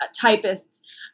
typists